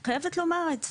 אני חייבת לומר את זה,